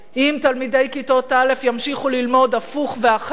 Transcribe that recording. אם תלמידי כיתות א' ימשיכו ללמוד הפוך ואחרת,